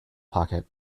pocket